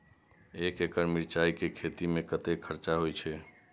एक एकड़ मिरचाय के खेती में कतेक खर्च होय छै?